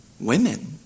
women